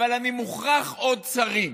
אני מוכרח עוד שרים?